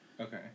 Okay